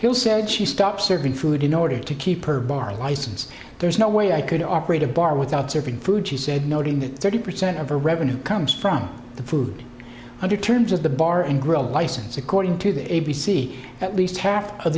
hill said she stopped serving food in order to keep her bar license there's no way i could operate a bar without serving food she said noting that thirty percent of her revenue comes from the food under terms of the bar and grill license according to the a b c at least half of